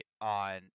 on